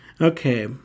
Okay